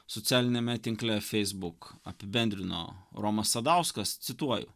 socialiniame tinkle facebook apibendrino romas sadauskas cituoju